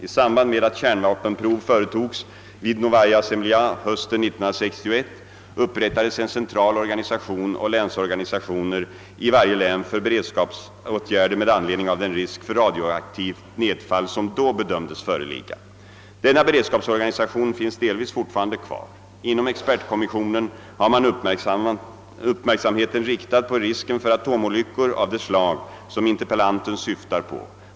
I samband med att kärnvapenprov företogs vid Novaja Zemlja hösten 1961 upprättades en central organisation och länsorganisationer i varje län för beredskapsåtgärder med anledning av den risk för radioaktivt nedfall som då bedömdes föreligga. Denna beredskapsorganisation finns delvis fortfarande kvar. Inom expertkommissionen har man uppmärksamheten riktad på risken för atomolyckor av det slag som interpellanten syftar på.